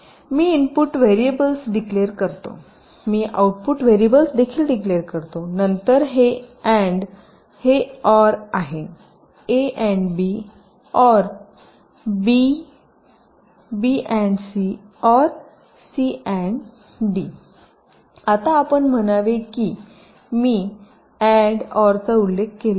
मी input variables declare करते मी output variables देखील डिक्लेर करते नंतर हे अँड हे ऑर आहेए and B or B B and C or C and D आता आपण म्हणावे की मी अँड ऑर चा उल्लेख केला आहे